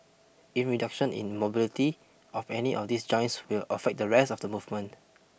in reduction in mobility of any of these joints will affect the rest of the movement